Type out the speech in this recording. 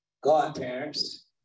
godparents